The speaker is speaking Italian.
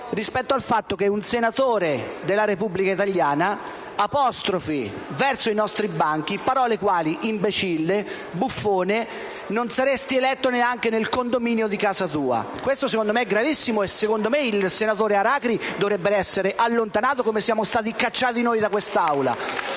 rispetto al fatto che un senatore della Repubblica italiana indirizzi ai nostri banchi epiteti come «imbecille», «buffone» e frasi come «non saresti eletto neanche nel condominio di casa tua». Questo, secondo me, è gravissimo e il senatore Aracri dovrebbe essere allontanato come siamo stati cacciati noi da questa Aula